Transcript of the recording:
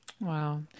Wow